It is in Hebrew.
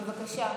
בבקשה.